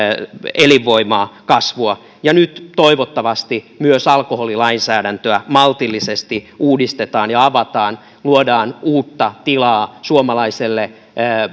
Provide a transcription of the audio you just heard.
elinvoimaa ja kasvua ja nyt toivottavasti myös alkoholilainsäädäntöä maltillisesti uudistetaan ja avataan luodaan uutta tilaa suomalaiselle